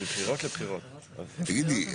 תגידי,